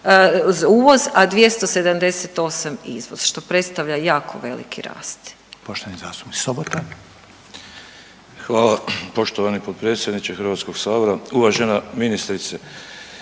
uvoz, a 278 izvoz. Što predstavlja jako veliki rast.